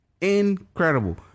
Incredible